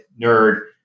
nerd